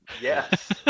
yes